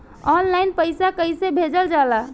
Online पैसा कैसे भेजल जाला?